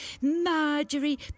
Marjorie